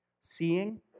seeing